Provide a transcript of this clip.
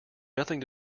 nothing